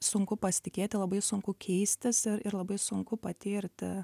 sunku pasitikėti labai sunku keistis ir ir labai sunku patirti